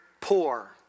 poor